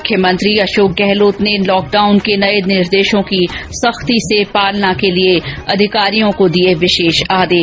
मुख्यमंत्री अशोक गहलोत ने लॉकडाउन के नये निर्देशों की सख्ती से पालना के लिए अधिकारियों को दिए विशेष आदेश